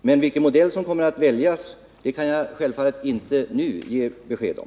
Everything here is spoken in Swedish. Men vilken modell som kommer att väljas kan jag självfallet inte nu ge besked om.